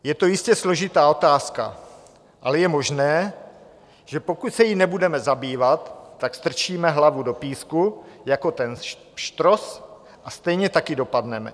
Je to jistě složitá otázka, ale je možné, že pokud se jí nebudeme zabývat, strčíme hlavu do písku jako ten pštros a stejně tak i dopadneme.